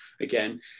again